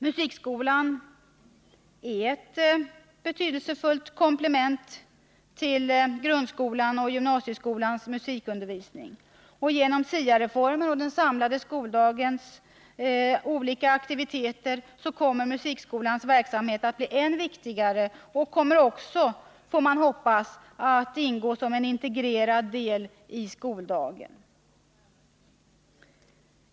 Musikskolan är ett betydelsefullt komplement till grundskolans och gymnasieskolans musikundervisning. Genom SIA-reformen och den samlade skoldagens olika aktiviteter kommer musikskolans verksamhet att bli än viktigare, och den kommer också, får man hoppas, att ingå som en integrerad del i skoldagen.